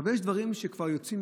אבל יש דברים שכבר יוצאים